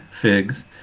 figs